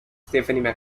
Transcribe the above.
stephanie